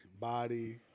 body